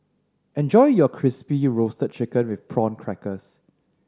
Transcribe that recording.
enjoy your Crispy Roasted Chicken with Prawn Crackers